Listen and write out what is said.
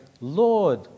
Lord